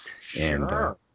Sure